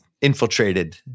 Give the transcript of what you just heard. infiltrated